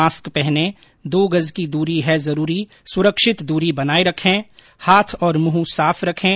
mask पहनें दो गज़ की दूरी है जरूरी सुरक्षित दूरी बनाए रखें हाथ और मुंह साफ रखें